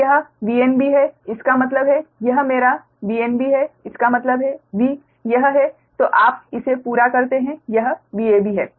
तो यह VnB है इसका मतलब है यह मेरा VnB है इसका मतलब है V यह है तो आप इसे पूरा करते हैं यह VAB है